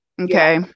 Okay